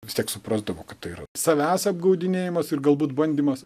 vis tiek suprasdavo kad tai yra savęs apgaudinėjimas ir galbūt bandymas